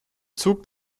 zug